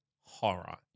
horror